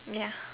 ya